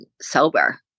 sober